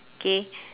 okay